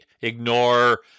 ignore